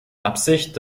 absicht